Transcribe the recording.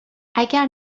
اگر